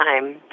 time